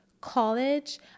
college